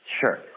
Sure